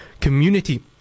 community